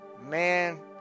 Man